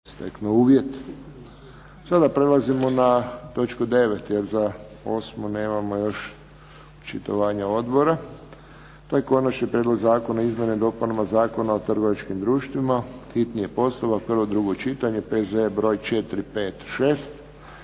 Josip (HSS)** Sada prelazimo na točku 9., jer za 8. nemamo još očitovanja odbora. To je - Konačni prijedlog Zakona o izmjenama i dopunama Zakona o trgovačkim društvima, hitni postupak, prvo i drugo čitanje, P.Z.E. br. 456